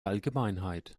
allgemeinheit